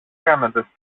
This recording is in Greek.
κάνετε